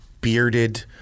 bearded